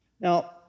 Now